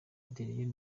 adrien